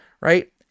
right